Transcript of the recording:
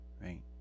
right